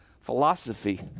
philosophy